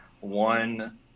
one